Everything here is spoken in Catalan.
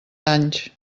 anys